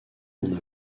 n’en